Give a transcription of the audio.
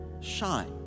shine